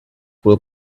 would